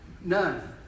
None